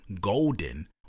golden